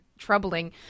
troubling